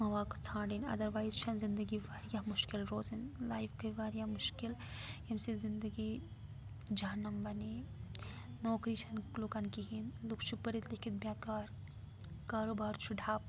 مواقعہٕ ژھانٛڈٕنۍ اَدروایز چھَنہٕ زِندگی واریاہ مُشکِل روزٕنۍ لایف گٔے واریاہ مُشکِل ییٚمہِ سۭتۍ زِندگی جہنَم بَنے نوکری چھَنہٕ لوٗکَن کِہیٖنۍ لُکھ چھِ پٔرِتھ لیٖکھِتھ بٮ۪کار کاروبار چھُ تھپ